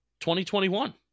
2021